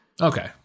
Okay